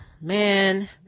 man